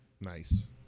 Nice